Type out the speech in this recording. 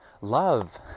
love